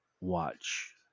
watch